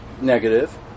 negative